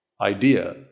idea